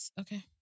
okay